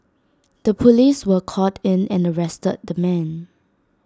the Police were called in and arrested the man